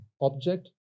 object